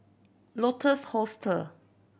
Lotus Hostel